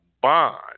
bond